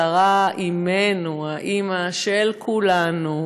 שרה אמנו, האימא של כולנו,